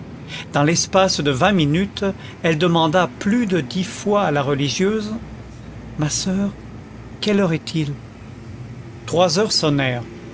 dans l'espace de vingt minutes elle demanda plus de dix fois à la religieuse ma soeur quelle heure est-il trois heures